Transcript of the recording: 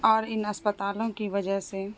اور ان اسپتالوں کی وجہ سے